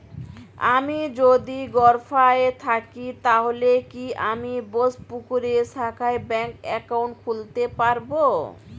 আমি যদি গরফায়ে থাকি তাহলে কি আমি বোসপুকুরের শাখায় ব্যঙ্ক একাউন্ট খুলতে পারবো?